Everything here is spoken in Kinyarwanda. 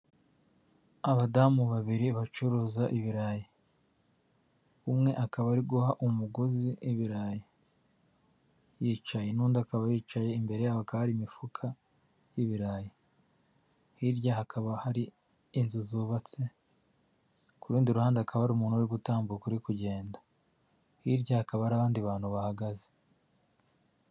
Abadamu babiri bacuruza ibirayi, umwe akaba ari guha umuguzi ibirayi yicaye, n'undi akaba yicaye, imbere yabo hari imifuka y'ibirayi, hirya hakaba hari inzu zubatse, ku rundi ruhande akaba ari umuntu uri gutambuka uri kugenda, hirya hakaba hari abandi bantu bahagaze.